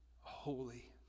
holy